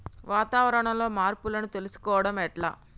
వాతావరణంలో మార్పులను తెలుసుకోవడం ఎట్ల?